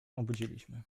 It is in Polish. obudziliśmy